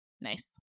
Nice